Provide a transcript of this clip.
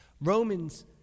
Romans